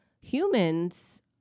humans